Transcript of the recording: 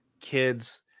kids